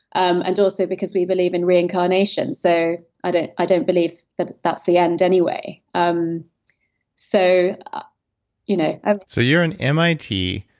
um and also because we believe in reincarnation so ah i don't believe that that's the end anyway um so you know ah so you're an mit,